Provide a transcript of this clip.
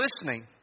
listening